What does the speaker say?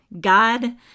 God